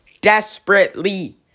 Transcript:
desperately